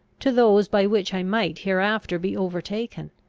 to those by which i might hereafter be overtaken.